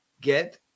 Get